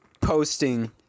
posting